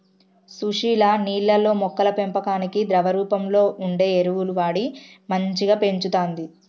సుశీల నీళ్లల్లో మొక్కల పెంపకానికి ద్రవ రూపంలో వుండే ఎరువులు వాడి మంచిగ పెంచుతంది